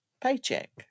paycheck